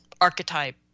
archetype